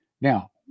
Now